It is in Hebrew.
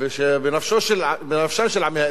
בנפשם של עמי האזור,